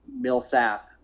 Millsap